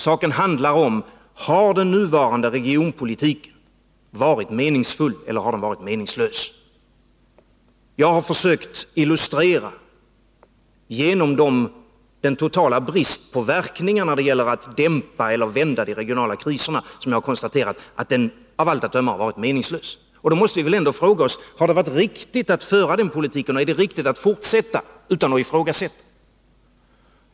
Saken handlar om följande: Har den nuvarande regionalpolitiken varit meningsfull eller har den varit meningslös? Jag har försökt illustrera att politiken, på grund av den totala bristen på verkningar när det gäller att dämpa eller vända de regionala kriserna som jag har konstaterat, av allt att döma har varit meningslös. Då måste vi väl ändå fråga oss: Har det varit riktigt att föra den politiken och är det riktigt att fortsätta, utan att ifrågasätta politiken?